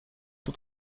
فود